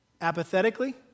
apathetically